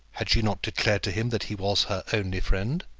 had she not declared to him that he was her only friend?